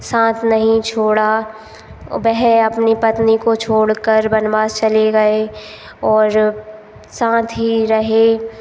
साथ नहीं छोड़ा बह अपनी पत्नी को छोड़कर वनवास चले गए और साथ ही रहे